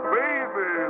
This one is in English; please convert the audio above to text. baby